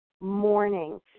morning